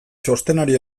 txostenari